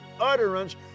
utterance